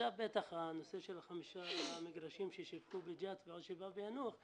עכשיו בטח הנושא של חמישה המגרשים ששיווקו בג'ת ועוד שבעה ביאנוח,